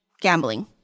gambling